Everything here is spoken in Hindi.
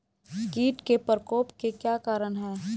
कीट के प्रकोप के क्या कारण हैं?